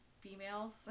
females